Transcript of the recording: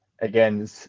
Again